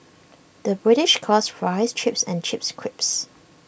the British calls Fries Chips and Chips Crisps